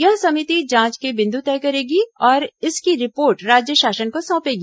यह समिति जांच के बिंदु तय करेगी और इसकी रिपोर्ट राज्य शासन को सौंपेगी